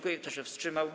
Kto się wstrzymał?